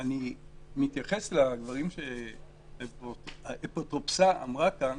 אני מתייחס לדברים שהאפוטרופסה אמרה כאן.